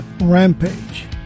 Rampage